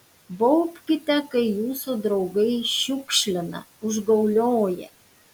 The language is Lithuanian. baubkite kai jūsų draugai šiukšlina užgaulioja